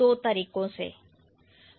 दो तरीकों से